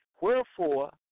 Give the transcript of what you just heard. wherefore